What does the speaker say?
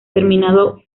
terminado